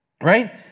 Right